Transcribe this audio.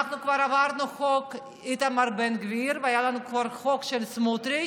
אנחנו כבר עברנו את חוק איתמר בן גביר והיה לנו כבר חוק של סמוטריץ'